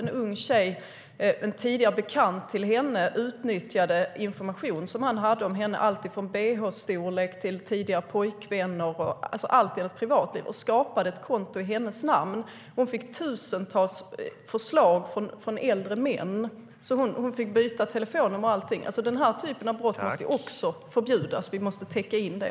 En tidigare bekant till en ung tjej utnyttjade information som han hade om henne med allt från bh-storlek till tidigare pojkvänner, det vill säga allt i deras privatliv, och skapade ett konto i hennes namn. Hon fick tusentals förslag från äldre män och fick byta telefonnummer och allting. Den här typen av handlingar måste också förbjudas. Vi måste täcka in det.